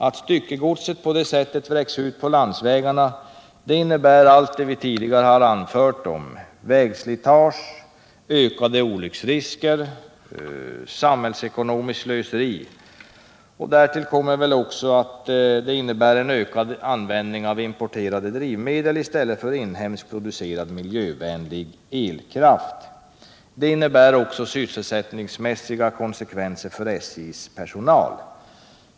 Att styckegodser på det sättet vräks ut på landsvägarna innebär allt det vi tidigare har anfört om vägslitage, ökade olycksrisker och samhällsekonomiskt slöseri. Därtill kommer väl också att det innebär ökad användning av importerade drivmedel i stället för inhemskt producerad, miljövänlig elkraft. Det innebär också sysselsättningsmässiga konsekvenser för SJ:s personal.